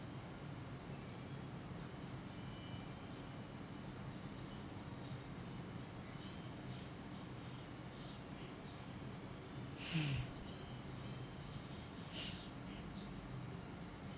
hmm